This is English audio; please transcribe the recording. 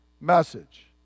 message